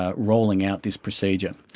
ah rolling out this procedure.